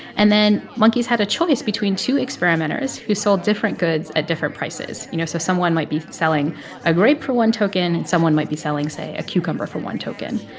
and then monkeys had a choice between two experimenters who sold different goods at different prices you know, so someone might be selling a grape for one token and someone might be selling, say, a cucumber for one token.